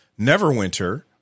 Neverwinter